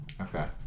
Okay